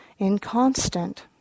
inconstant